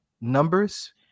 Numbers